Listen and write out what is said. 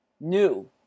new